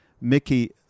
Mickey